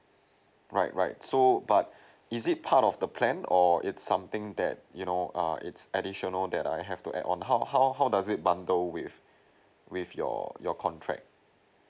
right right so but is it part of the plan or it's something that you know err it's additional that I have to add on how how how does it bundle with with your your contract